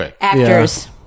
actors